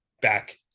back